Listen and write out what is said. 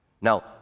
Now